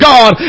God